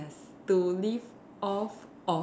to live of off